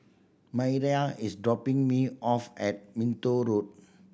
Mayra is dropping me off at Minto Road